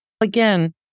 Again